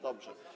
Dobrze.